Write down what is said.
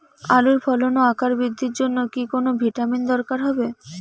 আলুর ফলন ও আকার বৃদ্ধির জন্য কি কোনো ভিটামিন দরকার হবে?